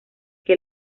que